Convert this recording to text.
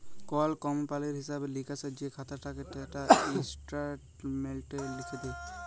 call কমপালির হিঁসাব লিকাসের যে খাতা থ্যাকে সেটা ইস্ট্যাটমেল্টে লিখ্যে দেয়